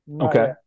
Okay